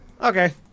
Okay